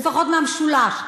לפחות מהמשולש.